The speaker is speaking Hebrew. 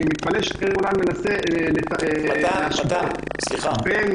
אני מתפלא שיאיר גולן מנסה להשוות בין